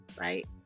right